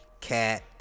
cat